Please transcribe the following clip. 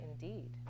indeed